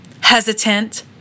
hesitant